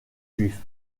juifs